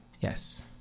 Yes